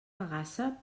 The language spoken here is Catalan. bagassa